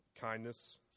kindness